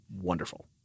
wonderful